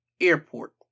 airport